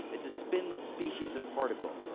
it's a spinless species of particle.